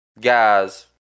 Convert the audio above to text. guys